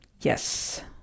yes